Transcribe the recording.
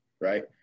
right